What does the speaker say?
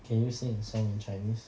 can you sing a song in chinese